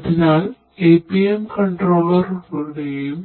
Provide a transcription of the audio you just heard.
അതിനാൽ APMകോൺട്രോളറുകളുടെയും